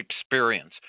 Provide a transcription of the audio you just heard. experience